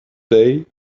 day